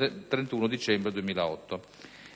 del 31 dicembre 2008.